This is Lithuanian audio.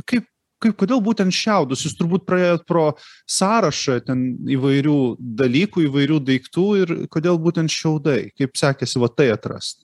kaip kaip kodėl būtent šiaudus jūs turbūt praėjot pro sąrašą ten įvairių dalykų įvairių daiktų ir kodėl būtent šiaudai kaip sekėsi va tai atrast